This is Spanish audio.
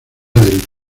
del